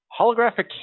holographic